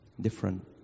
different